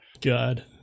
God